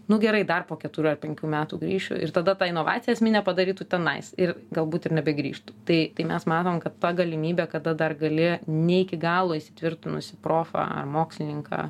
nu gerai dar po keturių ar penkių metų grįšiu ir tada tą inovaciją esminę padarytų tenais ir galbūt ir nebegrįžtų tai tai mes matom kad ta galimybė kada dar gali ne iki galo įsitvirtinusį profą ar mokslininką